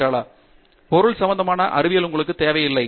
டங்கிராலா பொருள் சம்பந்தமான அறிவியல் உங்களுக்குத் தேவையில்லை